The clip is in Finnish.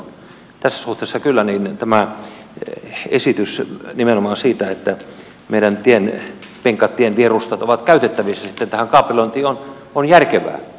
tässä suhteessa kyllä tämä esitys nimenomaan siitä että meidän tienpenkat tienvierustat ovat käytettävissä sitten tähän kaapelointiin on järkevä